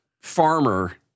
farmer